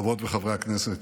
חברות וחברי הכנסת,